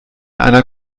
einer